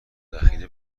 ذخیره